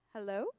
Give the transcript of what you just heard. Hello